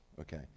okay